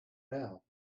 now